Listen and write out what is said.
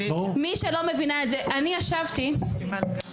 מי שלא מבינה את זה אני ישבתי עם